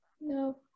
No